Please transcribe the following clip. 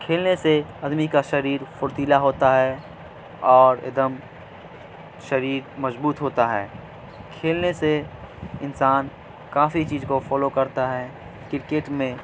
کھیلنے سے آدمی کا شریر پھرتیلا ہوتا ہے اور ایک دم شریر مضبوط ہوتا ہے کھیلنے سے انسان کافی چیز کو فالو کرتا ہے کرکٹ میں